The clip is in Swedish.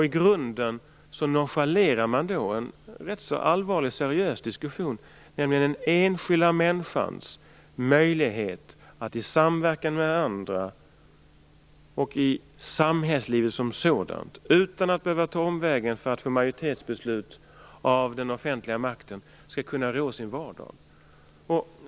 I grunden nonchalerar man då en rätt så allvarlig och seriös diskussion, nämligen diskussionen om den enskilda människans möjlighet att i samverkan med andra och i samhällslivet som sådant, utan att behöva ta en omväg för att få majoritetsbeslut av den offentliga makten, rå sin vardag.